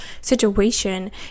situation